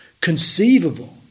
conceivable